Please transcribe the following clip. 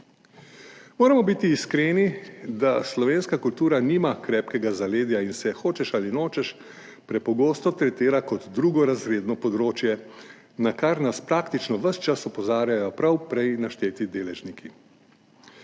Moramo biti iskreni, da slovenska kultura nima krepkega zaledja in se, hočeš ali nočeš, prepogosto tretira kot drugorazredno področje, na kar nas praktično ves čas opozarjajo prav prej našteti deležniki.